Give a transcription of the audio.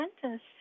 sentence